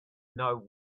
know